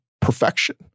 perfection